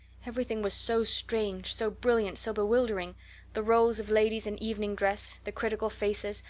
everything was so strange, so brilliant, so bewildering the rows of ladies in evening dress, the critical faces,